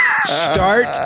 start